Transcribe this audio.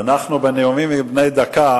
בני דקה